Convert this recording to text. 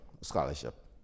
scholarship